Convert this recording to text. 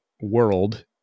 world